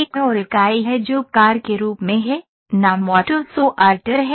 एक और इकाई है जो कार के रूप में है नाम ऑटो सॉर्टर है